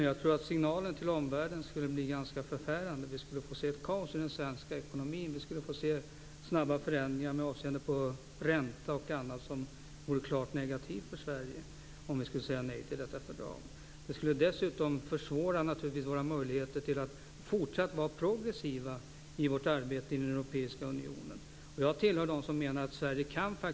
Fru talman! Signalen till omvärlden skulle bli ganska förfärande. Vi skulle få se kaos i den svenska ekonomin. Det skulle bli snabba förändringar med avseende på räntor och annat som vore klart negativa för Sverige. Ett nej skulle försvåra våra möjligheter att fortsätta att vara progressiva i vårt arbete i den europeiska unionen.